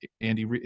Andy